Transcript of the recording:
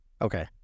Okay